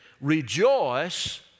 rejoice